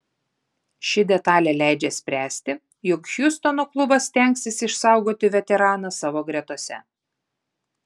ši detalė leidžia spręsti jog hjustono klubas stengsis išsaugoti veteraną savo gretose